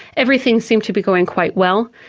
everything seemed to be going quite well.